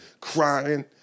Crying